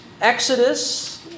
Exodus